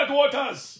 waters